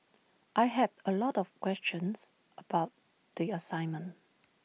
I had A lot of questions about the assignment